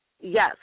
Yes